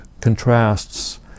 contrasts